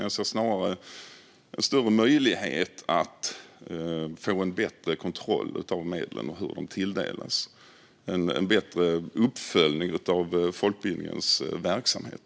Jag ser snarare en större möjlighet att få en bättre kontroll av hur medlen tilldelas och en bättre uppföljning av folkbildningens verksamhet.